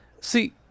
See